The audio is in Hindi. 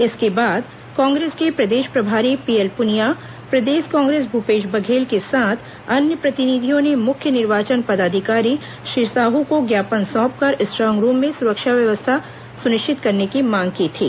इसके बाद कांग्रेस के प्रदेश प्रभारी पीएल पुनिया प्रदेश कांग्रेस भूपेश बघेल के साथ अन्य प्रतिनिधियों ने मुख्य निर्वाचन पदाधिकारी श्री साहू को ज्ञापन सोंपकर स्ट्रांग रूम में सुरक्षा व्यवस्था सुनिश्चित करने की मांग की थी